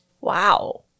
Wow